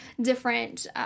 different